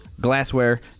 glassware